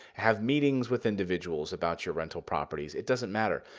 have meetings with individuals about your rental properties, it doesn't matter.